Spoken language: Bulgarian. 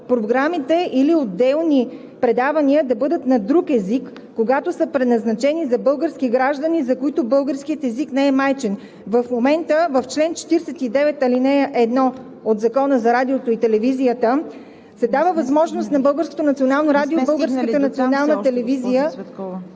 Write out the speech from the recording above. програмите или отделни предавания да бъдат на друг език, когато са предназначени за български граждани, за които българският език не е майчин. В момента в чл. 49, ал. 1 от Закона за радиото и телевизията се дава възможност на Българското